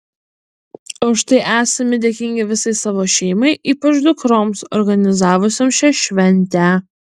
už tai esami dėkingi visai savo šeimai ypač dukroms organizavusioms šią šventę